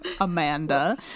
Amanda